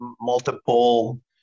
multiple